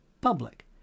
public